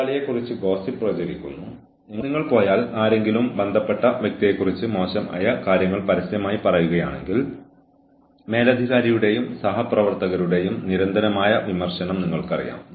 കൂടാതെ ജോലിക്കാരന് അവളുടെ അല്ലെങ്കിൽ അവന്റെ പ്രകടനം മെച്ചപ്പെടുത്തുന്നതിന് ന്യായമായ അവസരം ലഭിക്കുന്നതിന് സമയരേഖകൾ വ്യക്തമായി നിർവചിച്ചിരിക്കണം